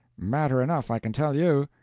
matter enough, i can tell you!